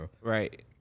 right